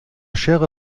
schere